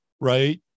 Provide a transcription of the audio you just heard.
right